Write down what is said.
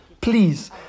please